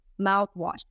mouthwash